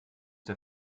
der